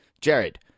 Jared